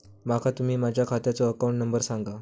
माका तुम्ही माझ्या खात्याचो अकाउंट नंबर सांगा?